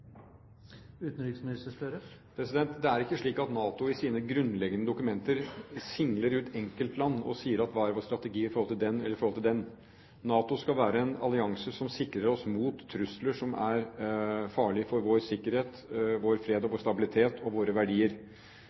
Det er ikke slik at NATO i sine grunnleggende dokumenter singler ut enkeltland og sier hva som er vår strategi i forhold til den eller i forhold til den. NATO skal være en allianse som sikrer oss mot trusler som er farlige for vår sikkerhet, vår fred og vår stabilitet og våre verdier,